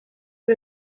est